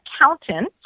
accountant